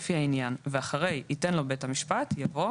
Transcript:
לפי העניין" ואחרי "ייתן לו בית המשפט" יבוא